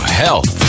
health